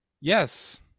Yes